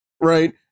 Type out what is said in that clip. right